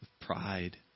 pride